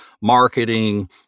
marketing